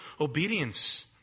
obedience